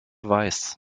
weiß